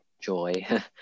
joy